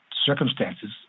circumstances